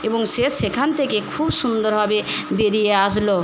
এবং সে সেখান থেকে খুব সুন্দরভাবে বেরিয়ে আসলো